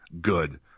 good